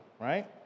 right